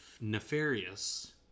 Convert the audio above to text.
nefarious